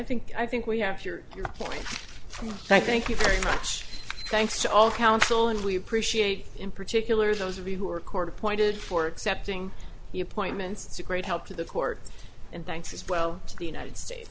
think i think we have here your point from thank you very much thanks to all counsel and we appreciate in particular those of you who are court appointed for accepting the appointments it's a great help to the court and thanks as well to the united states